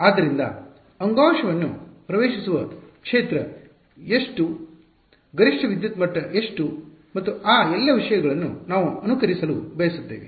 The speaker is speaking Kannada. ಆದ್ದರಿಂದ ಅಂಗಾಂಶವನ್ನು ಪ್ರವೇಶಿಸುವ ಕ್ಷೇತ್ರ ಎಷ್ಟು ಗರಿಷ್ಠ ವಿದ್ಯುತ್ ಮಟ್ಟ ಎಷ್ಟು ಮತ್ತು ಆ ಎಲ್ಲ ವಿಷಯಗಳನ್ನು ನಾವು ಅನುಕರಿಸಲು ಬಯಸುತ್ತೇವೆ